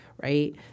Right